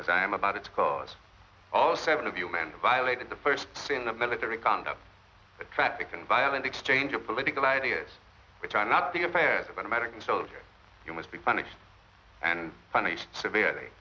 as i am about it because all seven of human violated the first three in the military conduct a tragic and violent exchange of political ideas which are not the affairs of an american soldier you must be punished and punished severely